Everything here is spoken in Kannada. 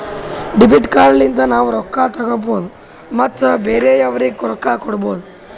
ಡೆಬಿಟ್ ಕಾರ್ಡ್ ಲಿಂತ ನಾವ್ ರೊಕ್ಕಾ ತೆಕ್ಕೋಭೌದು ಮತ್ ಬೇರೆಯವ್ರಿಗಿ ರೊಕ್ಕಾ ಕೊಡ್ಭೌದು